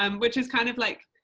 um which is kind of like,